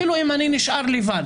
אפילו אם אני נשאר לבד,